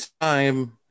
time